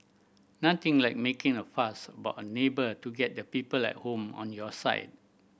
nothing like making a fuss about a neighbour to get the people at home on your side